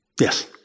yes